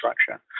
structure